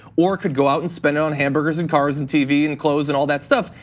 or could go out and spend it on hamburgers and cars and tv and clothes and all that stuff.